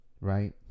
right